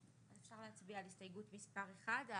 אפשר להצביע על הסתייגות מספר אחד.